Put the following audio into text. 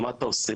ומה אתה עושה?